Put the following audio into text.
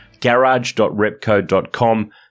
garage.repco.com